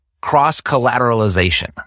cross-collateralization